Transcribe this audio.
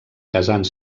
casant